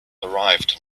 arrived